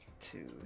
Two